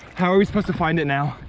how are we supposed to find it now?